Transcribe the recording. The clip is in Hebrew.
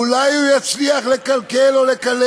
אולי הוא יצליח לקלקל או לקלל.